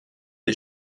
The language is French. des